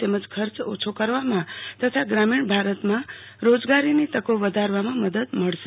તેમજ ખર્ચ ઓછો કરવામાં તથા ગ્રામીણ ભારતમાં રોજગારીની તકો વધારવામાં મદદ મળશે